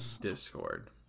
Discord